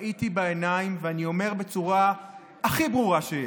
ראיתי בעיניים, ואני אומר בצורה הכי ברורה שיש: